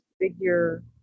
figure